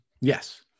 yes